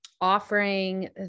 offering